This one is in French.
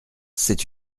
c’est